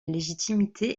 légitimité